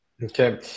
Okay